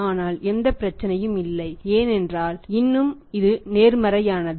ஆனால் எந்த பிரச்சனையும் இல்லை ஏனென்றால் இன்னும் இது நேர்மறையானது